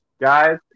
Guys